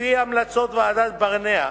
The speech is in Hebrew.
ולפי המלצות ועדת-ברנע,